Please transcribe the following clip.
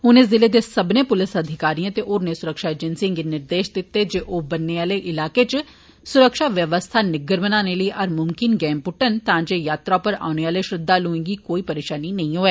उनें जिले दे सब्भर्ने प्लस अधिकारिएं ते होरनें स्रक्षा एजेंसिएं गी निर्देश दित्ते जे ओह् बन्ने आहले इलाकें च स्रक्षा बवस्था निग्गर बनाने लेई हर मुमकिन गैंह पुद्दन तांजे यात्रा उप्पर औने आले श्रद्दालुए गी कोई परेशानी नेई होऐ